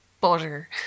butter